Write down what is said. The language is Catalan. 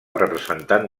representant